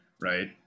right